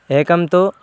एकं तु